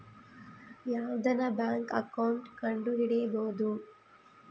ಯಾವ್ದನ bank account ಕಂಡುಹಿಡಿಬೋದು